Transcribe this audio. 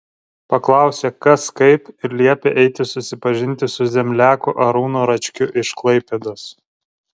paklausė kas kaip ir liepė eiti susipažinti su zemliaku arūnu račkiu iš klaipėdos